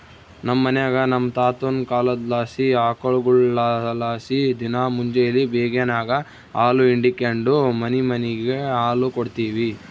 ನಮ್ ಮನ್ಯಾಗ ನಮ್ ತಾತುನ ಕಾಲದ್ಲಾಸಿ ಆಕುಳ್ಗುಳಲಾಸಿ ದಿನಾ ಮುಂಜೇಲಿ ಬೇಗೆನಾಗ ಹಾಲು ಹಿಂಡಿಕೆಂಡು ಮನಿಮನಿಗ್ ಹಾಲು ಕೊಡ್ತೀವಿ